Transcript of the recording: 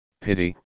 pity